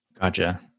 Gotcha